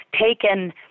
taken –